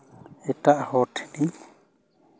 ᱮᱴᱟᱜ ᱦᱚᱲ ᱴᱷᱮᱱᱤᱧ